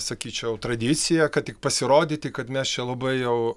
sakyčiau tradicija kad tik pasirodyti kad mes čia labai jau